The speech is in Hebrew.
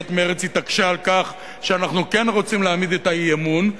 סיעת מרצ התעקשה על כך שאנחנו כן רוצים להעמיד את האי-אמון,